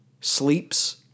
sleeps